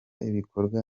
ibikorwa